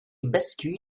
bascule